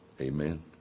Amen